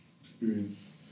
experience